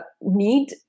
need